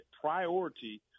priority